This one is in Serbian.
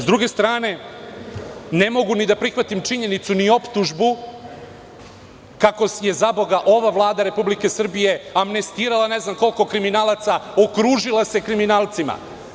S druge strane, ne mogu ni da prihvatim činjenicu ni optužbu kako je, zaboga, ova Vlada Republike Srbije amnestirala ne znam koliko kriminalaca, okružila se kriminalcima.